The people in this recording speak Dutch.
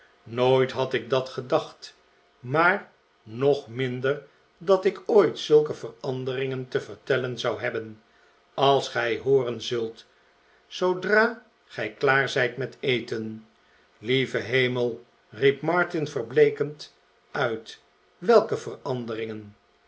houden nooithad ik dat gedacht maar nog minder dat ik ooit zulke veranderingen te vertellen zou hebben als gij hooren zult zoodra gij klaar zijt met eten lieve hemel riep martin verbleekend uit welke veranderingen